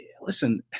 listen